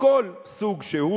מכל סוג שהוא,